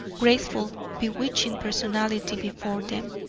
graceful, bewitching personality before them,